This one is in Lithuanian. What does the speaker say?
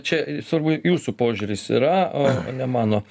čia svarbu jūsų požiūris yra o ne mano